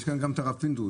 כאן גם את הרב פינדרוס.